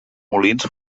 molins